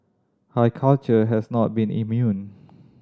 high culture has not been immune